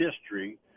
history